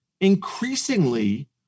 increasingly